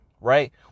Right